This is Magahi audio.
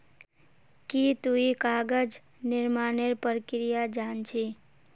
की तुई कागज निर्मानेर प्रक्रिया जान छि